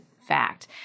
fact